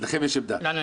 לכם יש עמדה?